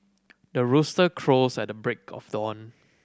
the rooster crows at the break of dawn